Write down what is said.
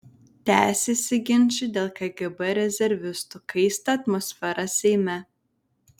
tęsiasi ginčai dėl kgb rezervistų kaista atmosfera seime